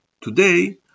Today